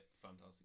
fantastic